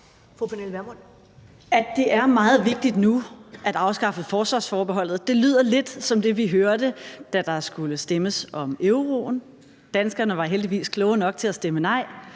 At det er meget vigtigt nu at afskaffe forsvarsforbeholdet, lyder lidt som det, vi hørte, da der skulle stemmes om euroen. Danskerne var heldigvis kloge nok til at stemme nej.